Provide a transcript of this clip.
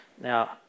Now